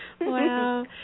Wow